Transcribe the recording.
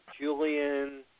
Julian